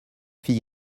fille